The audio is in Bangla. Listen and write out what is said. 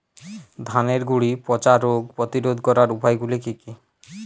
ধানের গুড়ি পচা রোগ প্রতিরোধ করার উপায়গুলি কি কি?